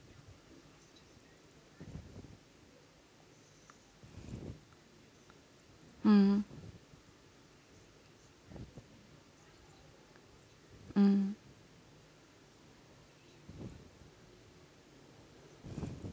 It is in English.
mm mm